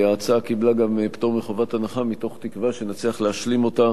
ההצעה קיבלה גם פטור מחובת הנחה מתוך תקווה שנצליח להשלים אותה